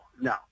no